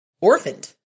orphaned